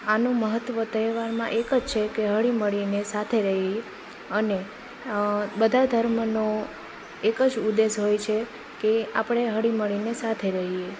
આનું મહત્ત્વ તહેવારમાં એક જ છે કે હળીમળીને સાથે રહીએ અને બધા ધર્મનો એક જ ઉદ્દેશ હોય છે કે આપણે હળીમળીને સાથે રહીએ